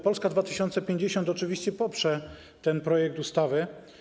Polska 2050 oczywiście poprze ten projekt ustawy.